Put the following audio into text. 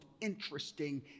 interesting